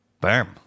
bam